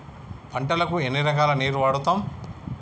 పంటలకు ఎన్ని రకాల నీరు వాడుతం?